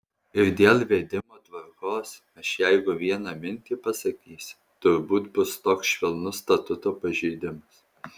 ir dėl vedimo tvarkos aš jeigu vieną mintį pasakysiu turbūt bus toks švelnus statuto pažeidimas